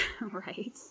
right